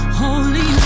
holy